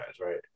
right